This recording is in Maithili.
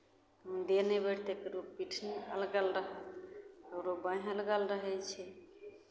देह नहि बैठतै ककरो पीठी नहि अलगल रहल ककरो बाँहि अलगल रहै छै